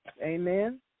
Amen